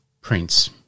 Prince